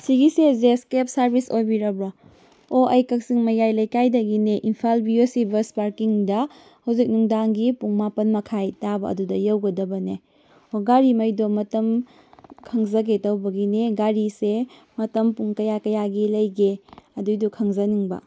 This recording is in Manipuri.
ꯁꯤꯒꯤꯁꯦ ꯖꯦꯁ ꯀꯦꯞ ꯁꯥꯔꯚꯤꯁ ꯑꯣꯏꯕꯤꯔꯕ꯭ꯔꯣ ꯑꯣ ꯑꯩ ꯀꯛꯆꯤꯡ ꯃꯌꯥꯏ ꯂꯩꯀꯥꯏꯗꯒꯤꯅꯦ ꯏꯝꯐꯥꯜ ꯕꯤ ꯌꯣ ꯁꯤ ꯕꯁ ꯄꯥꯔꯛꯀꯤꯡꯗ ꯍꯧꯖꯤꯛ ꯅꯨꯡꯗꯥꯡꯒꯤ ꯄꯨꯡ ꯃꯥꯄꯟ ꯃꯈꯥꯏ ꯇꯥꯕ ꯑꯗꯨꯗ ꯌꯧꯒꯗꯕꯅꯦ ꯑꯣ ꯒꯥꯔꯤꯉꯩꯗꯣ ꯃꯇꯝ ꯈꯪꯖꯒꯦ ꯇꯧꯕꯒꯤꯅꯦ ꯒꯥꯔꯤꯁꯦ ꯃꯇꯝ ꯄꯨꯡ ꯀꯌꯥ ꯀꯌꯥꯒꯤ ꯂꯩꯒꯦ ꯑꯗꯨꯒꯤꯗꯣ ꯈꯪꯖꯅꯤꯡꯕ